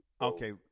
Okay